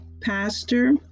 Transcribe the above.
Pastor